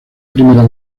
primera